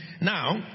Now